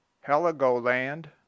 Heligoland